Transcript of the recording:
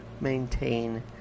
maintain